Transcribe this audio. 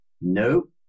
nope